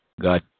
God